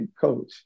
coach